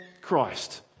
Christ